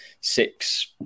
six